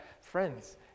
friends